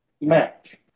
match